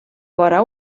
vora